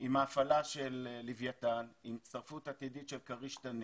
עם ההפעלה של לוויתן ועם הצטרפות עתידית של כריש-תנין.